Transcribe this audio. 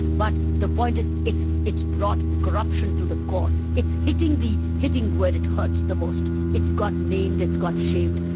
but the point is it's it's brought corruption to the core. it's hitting the. hitting where it hurts the most. it's got named, it's got shamed,